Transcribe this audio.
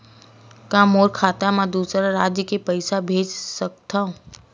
का मोर खाता म दूसरा राज्य ले पईसा भेज सकथव?